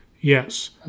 yes